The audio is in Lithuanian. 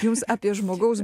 jums apie žmogaus